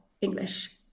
English